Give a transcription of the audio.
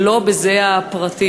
ולא זה הפרטי.